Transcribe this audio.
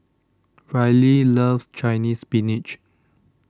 Rylie loves Chinese Spinach